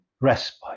Respite